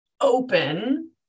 open